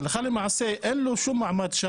הלכה למעשה אין לו שם שום מעמד.